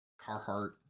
carhartt